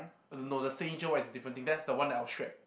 no the is different thing that's the one that I would shred